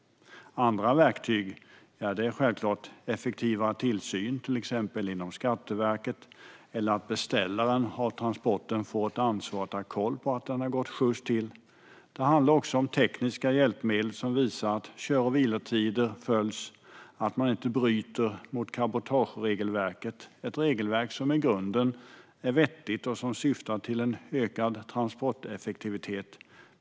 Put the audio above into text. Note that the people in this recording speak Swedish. Andra verktyg är självklart effektivare tillsyn till exempel genom Skatteverket eller genom att beställaren av transporten får ett ansvar att ha koll på att den gått sjyst till. Det handlar också om tekniska hjälpmedel som visar att kör och vilotider följs och att man inte bryter mot cabotageregelverket, som i grunden är vettigt och som syftar till en ökad transporteffektivitet.